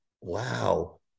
Wow